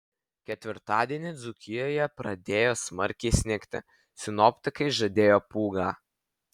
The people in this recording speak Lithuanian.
ketvirtadienį dzūkijoje pradėjo smarkiai snigti sinoptikai žadėjo pūgą